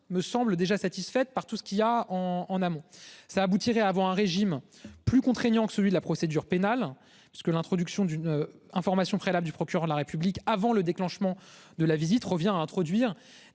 me semble déjà satisfaite par tout ce qu'il y a en en amont, ça aboutirait à avoir un régime plus contraignant que celui de la procédure pénale parce que l'introduction d'une information préalable du procureur de la République, avant le déclenchement de la visite revient à introduire